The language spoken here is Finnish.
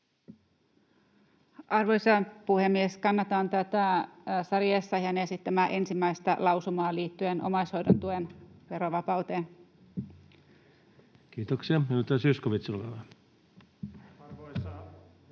Arvoisa puhemies! Kannatan tätä Sari Essayahin esittämää 1. lausumaa liittyen omaishoidon tuen verovapauteen. Kiitoksia. — Edustaja Zyskowicz, olkaa hyvä.